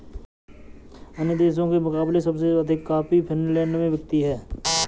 अन्य देशों के मुकाबले में सबसे अधिक कॉफी फिनलैंड में बिकती है